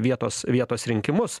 vietos vietos rinkimus